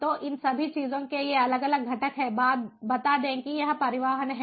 तो इन सभी चीजों के ये अलग अलग घटक हैं बता दें कि यह परिवहन है